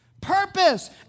Purpose